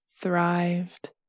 thrived